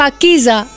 Akiza